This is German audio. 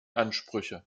ansprüche